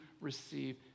receive